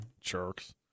Jerks